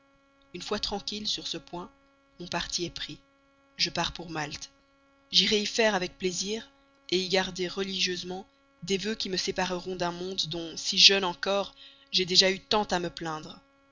une fois tranquille sur ce point mon parti est pris je pars pour malte j'irai y faire avec plaisir y garder religieusement des vœux qui me sépareront d'un monde dont jeune encore j'ai déjà eu tant à me plaindre